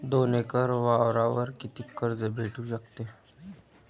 दोन एकर वावरावर कितीक कर्ज भेटू शकते?